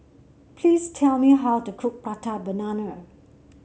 please tell me how to cook Prata Banana